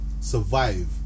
survive